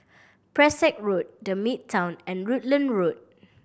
Pesek Road The Midtown and Rutland Road